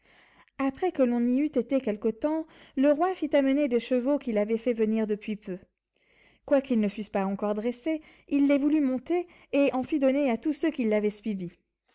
après que l'on y eût été quelque temps le roi fit amener des chevaux qu'il avait fait venir depuis peu quoiqu'ils ne fussent pas encore dressés il les voulut monter et en fit donner à tous ceux qui l'avaient suivi